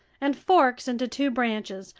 and forks into two branches,